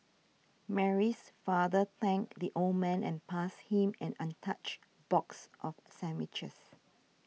Mary's father thanked the old man and passed him an untouched box of sandwiches